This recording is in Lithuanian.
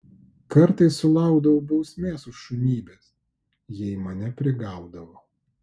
kartais sulaukdavau bausmės už šunybes jei mane prigaudavo